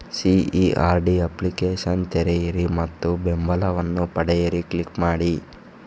CERD application ತೆರೆಯಿರಿ ಮತ್ತು ಬೆಂಬಲವನ್ನು ಪಡೆಯಿರಿ ಕ್ಲಿಕ್ ಮಾಡಿ